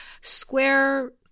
square